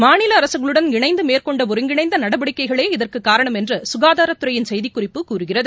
மாநில அரசுகளுடன் இணைந்து மேற்கொண்ட ஒருங்கிணைந்த நடவடிக்கைகளே இதற்குக் காரணம் என்று சுகாதாரத்துறையின் செய்திக்குறிப்பு கூறுகிறது